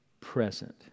present